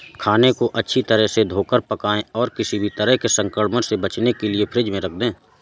खाने को अच्छी तरह से धोकर पकाएं और किसी भी तरह के संक्रमण से बचने के लिए फ्रिज में रख दें